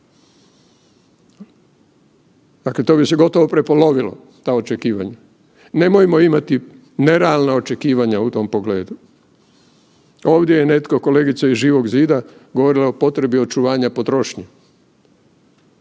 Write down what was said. Dakle to bi se gotovo prepolovilo, ta očekivanja, nemojmo imati ne realna očekivanja u tom pogledu. Ovdje je netko, kolegica iz Živog zida govorila o potrebi očuvanja potrošnje